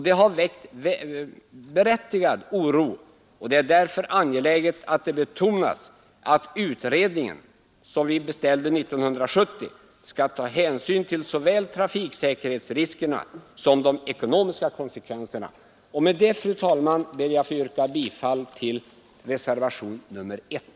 Detta har väckt berättigad oro, och det är därför angeläget att det betonas att utredningen, som vi beställde år 1970, skall ta hänsyn till såväl trafiksäkerhetsriskerna som de ekonomiska konsekvenserna. Med det ber jag, fru talman, att få yrka bifall till reservationen 1.